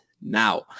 now